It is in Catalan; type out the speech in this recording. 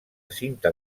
cinta